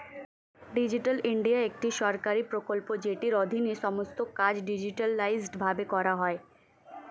digital India একটি সরকারি প্রকল্প যেটির অধীনে সমস্ত কাজ ডিজিটালাইসড ভাবে করা হয়